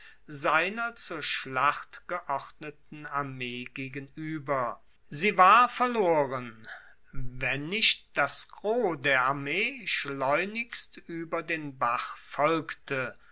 seiner zur schlacht geordneten armee gegenueber sie war verloren wenn nicht das gros der armee schleunigst ueber den bach folgte